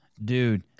Dude